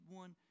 one